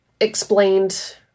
explained